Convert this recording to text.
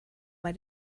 bei